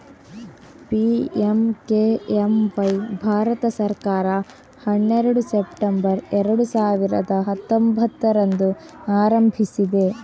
PMKMY ಭಾರತ ಸರ್ಕಾರ ಹನ್ನೆರಡು ಸೆಪ್ಟೆಂಬರ್ ಎರಡು ಸಾವಿರದ ಹತ್ತೊಂಭತ್ತರಂದು ಆರಂಭಿಸಿದೆ